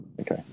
Okay